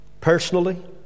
personally